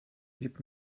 gib